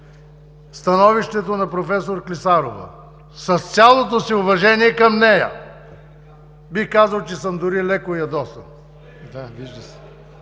становището на професор Клисарова. С цялото си уважение към нея бих казал, че съм дори леко ядосан, като